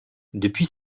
depuis